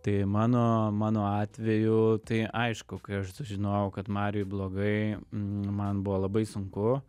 tai mano mano atveju tai aišku kai aš sužinojau kad mariui blogai man buvo labai sunku